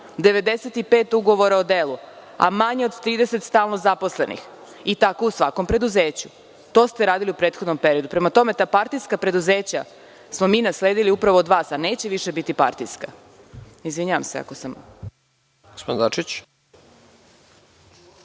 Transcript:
95 ugovora o delu, a manje od 30 stalno zaposlenih i tako u svakom preduzeću. To ste radili u prethodnom periodu. Prema tome, ta partijska preduzeća smo mi nasledili upravo od vas, a neće više biti partijska. **Nebojša